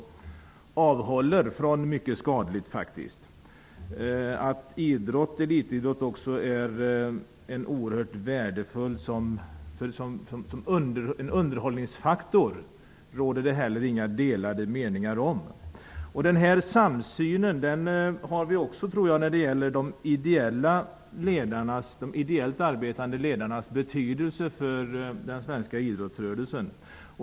Det råder inte heller några delade meningar om att elitidrott också är en underhållningsfaktor. Jag tror också att vi har denna samsyn i fråga om de ideellt arbetande ledarnas betydelse för den svenska idrottsrörelsen.